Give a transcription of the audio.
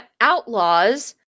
Outlaws